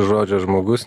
žodžio žmogus